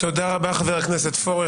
תודה רבה, חברת הכנסת קארין אלהרר.